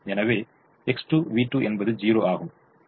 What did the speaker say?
எனவே X2V2 என்பது 0 ஆகும்